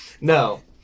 No